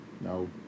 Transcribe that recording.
No